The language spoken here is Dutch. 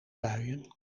buien